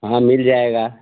हाँ मिल जाएगा